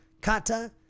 kata